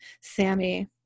Sammy